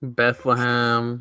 bethlehem